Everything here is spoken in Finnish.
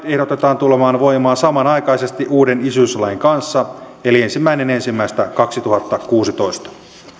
ehdotetaan tulemaan voimaan samanaikaisesti uuden isyyslain kanssa eli ensimmäinen ensimmäistä kaksituhattakuusitoista